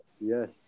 Yes